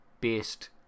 based